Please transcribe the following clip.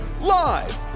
live